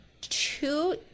two